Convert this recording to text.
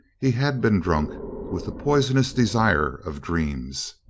he had been drunk with the poisonous desire of dreams.